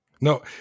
No